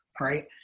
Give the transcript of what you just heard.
right